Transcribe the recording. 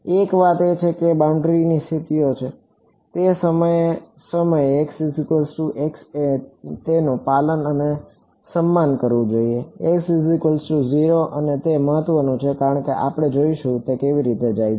એક વાત એ છે કે બાઉન્ડ્રીની સ્થિતિઓ છે તે સમયે અને સમયે તેનું પાલન અને સન્માન કરવું જોઈએ અને તે મહત્વનું છે કે આપણે જોઈશું કે તે કેવી રીતે જાય છે